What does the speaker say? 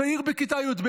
צעיר בכיתה י"ב.